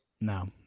No